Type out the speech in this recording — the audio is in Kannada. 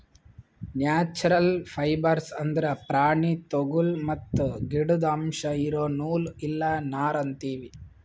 ನ್ಯಾಚ್ಛ್ರಲ್ ಫೈಬರ್ಸ್ ಅಂದ್ರ ಪ್ರಾಣಿ ತೊಗುಲ್ ಮತ್ತ್ ಗಿಡುದ್ ಅಂಶ್ ಇರೋ ನೂಲ್ ಇಲ್ಲ ನಾರ್ ಅಂತೀವಿ